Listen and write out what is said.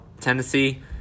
Tennessee